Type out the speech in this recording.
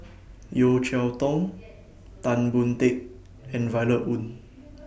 Yeo Cheow Tong Tan Boon Teik and Violet Oon